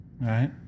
right